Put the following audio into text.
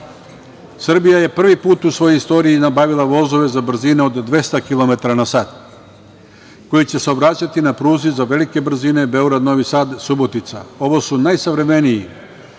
minuta. Srbija je prvi put u svojoj istoriji nabavila vozove za brzine od 200 kilometara na sat koji će saobraćati na pruzi za velike brzine Beograd-Novi Sad-Subotica. Ovo su najsavremeniji